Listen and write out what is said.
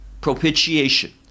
propitiation